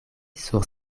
sur